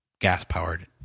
gas-powered